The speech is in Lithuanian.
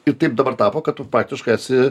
ir taip dabar tapo kad tu praktiškai esi